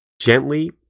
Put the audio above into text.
gently